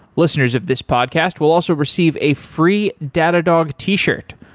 listeners of this podcast will also receive a free datadog t-shirt.